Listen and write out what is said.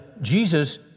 Jesus